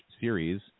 series